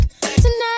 tonight